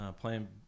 playing